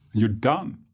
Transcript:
you're done.